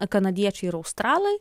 kanadiečiai ir australai